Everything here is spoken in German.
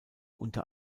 unter